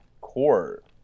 court